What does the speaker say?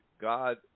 God